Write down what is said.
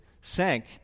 sank